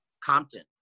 Compton